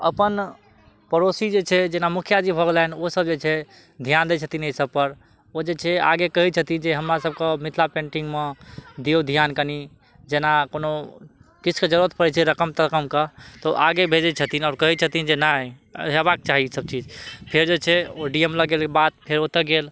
अपन पड़ोसी जे छै जेना मुखिया जी भऽ गेलनि ओ सब जे छै ध्यान दै छथिन अइ सबपर ओ जे छै आगे कहय छथिन जे हमरा सबके मिथिला पेन्टिंगमे दियौ ध्यान कनी जेना कोनो किछुके जरूरत पड़य छै रकम तकमके तऽ ओ आगे भेजय छथिन आओर कहय छथिन जे नहि हेबाक चाही ई सब चीज फेर जे छै ओ डी एम लग गेल बाद फेर ओतऽ गेल